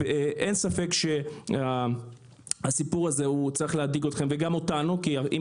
אין ספק שהסיפור הזה צריך להדאיג אתכם וגם אותנו כי אם